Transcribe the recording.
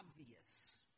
obvious